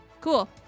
Cool